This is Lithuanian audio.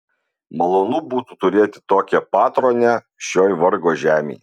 malonu būtų turėti tokią patronę šioj vargo žemėj